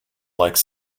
like